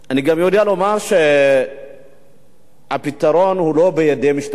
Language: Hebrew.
אני גם יודע לומר שהפתרון הוא לא בידי משטרת ישראל,